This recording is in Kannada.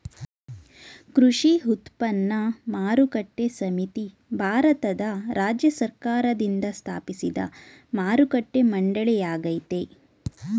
ಕೃಷಿ ಉತ್ಪನ್ನ ಮಾರುಕಟ್ಟೆ ಸಮಿತಿ ಭಾರತದ ರಾಜ್ಯ ಸರ್ಕಾರ್ದಿಂದ ಸ್ಥಾಪಿಸಿದ್ ಮಾರುಕಟ್ಟೆ ಮಂಡಳಿಯಾಗಯ್ತೆ